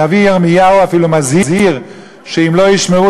הנביא ירמיהו אפילו מזהיר שאם לא ישמרו